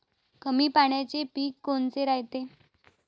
कमी पाण्याचे पीक कोनचे रायते?